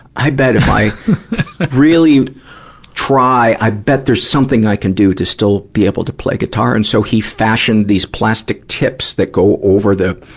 i bet if i really try, i bet there's something i can do to still be able to play guitar. and so he fashioned these plastic tips that go over the,